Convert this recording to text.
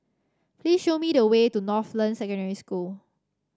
please show me the way to Northland Secondary School